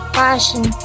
passion